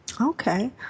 okay